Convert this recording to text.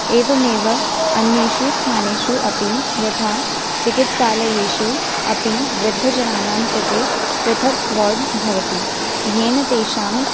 एवमेव अन्येषु स्थानेषु अपि यथा चिकित्सालयेषु अपि वृद्धजनानां कृते पृथग् वार्ड् भवति येन तेषां